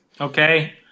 Okay